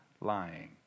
lying